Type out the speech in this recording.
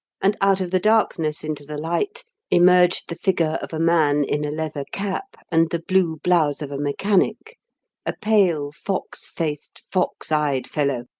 and out of the darkness into the light emerged the figure of a man in a leather cap and the blue blouse of a mechanic a pale, fox-faced, fox-eyed fellow,